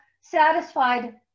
satisfied